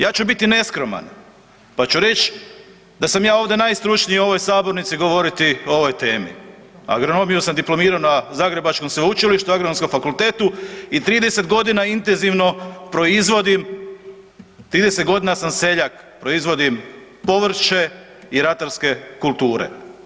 Ja ću biti neskroman pa ću reć da sam ja ovdje najstručniji u ovoj sabornici govoriti o ovoj temi, agronomiju sam diplomirao na Zagrebačkom sveučilištu Agronomskom fakultetu i 30 godina intenzivno proizvodim, 30 godina sam seljak, proizvodim povrće i ratarske kulture.